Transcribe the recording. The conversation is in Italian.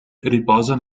riposa